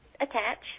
attach